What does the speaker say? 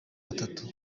atatu